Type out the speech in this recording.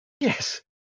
yes